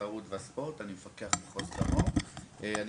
אני מפקח מחוז דרום במשרד התרבות והספורט.